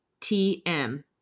TM